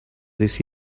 this